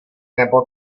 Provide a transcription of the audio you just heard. nebo